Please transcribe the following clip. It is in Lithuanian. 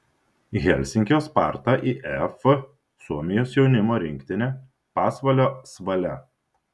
helsinkio sparta if suomijos jaunimo rinktinė pasvalio svalia